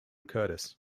curtis